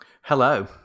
Hello